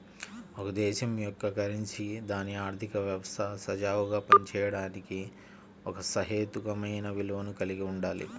ఒక దేశం యొక్క కరెన్సీ దాని ఆర్థిక వ్యవస్థ సజావుగా పనిచేయడానికి ఒక సహేతుకమైన విలువను కలిగి ఉండాలి